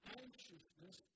anxiousness